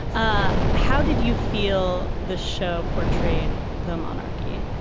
ah how did you feel the show portrayed the monarchy?